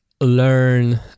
learn